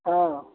हाँ